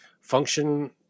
function